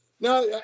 No